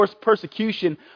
persecution